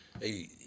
Hey